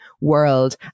world